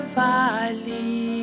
valley